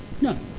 no